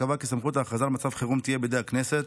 שקבע כי סמכות ההכרזה על מצב חירום תהיה בידי הכנסת,